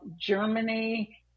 Germany